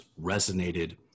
resonated